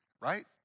right